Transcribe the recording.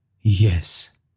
Yes